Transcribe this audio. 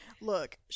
look